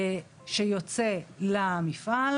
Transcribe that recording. אבל להציג לציבור וליחידות ולמשרד מה הפער